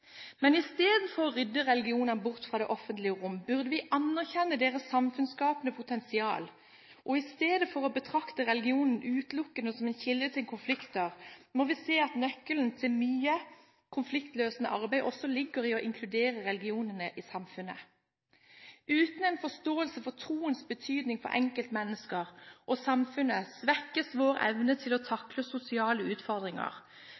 Men i stedet for å rydde religionene bort fra det offentlige rom, burde vi anerkjenne deres samfunnsskapende potensial, og i stedet for å betrakte religionen utelukkende som en kilde til konflikter, må vi se at nøkkelen til mye konfliktløsende arbeid også ligger i å inkludere religionene i samfunnet. Uten en forståelse for troens betydning for enkeltmennesker og samfunnet, svekkes vår evne til å takle sosiale utfordringer,